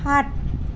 সাত